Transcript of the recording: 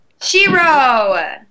Shiro